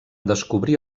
descobrir